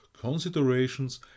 considerations